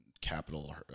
Capital